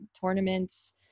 tournaments